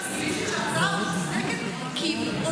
אני חייבת להגיד לך כפליליסטית שההצעה מוצדקת.